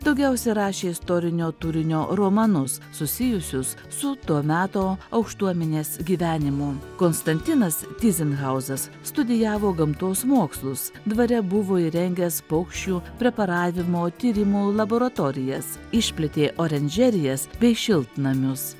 daugiausia rašė istorinio turinio romanus susijusius su to meto aukštuomenės gyvenimu konstantinas tyzenhauzas studijavo gamtos mokslus dvare buvo įrengęs paukščių preparavimo tyrimų laboratorijas išplėtė orenžerijas bei šiltnamius